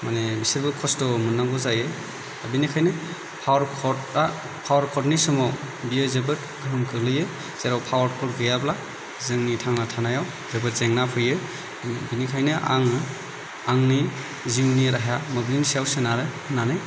माने बिसोरबो खस्थ' मोंनांगौ जायो बेनिखायनो पावार कार्डआ पावार कर्डनि समाव बियो जोबोद गोहोम गोलैयो जेराव पावार कर्ड गैयाब्ला जोंनि थांना थानायाव जोबोद जेंना फैयो बेनिखायनो आं आंनि जिउनि राहाया मोब्लिब सायाव सोनारो होननानै